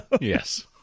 yes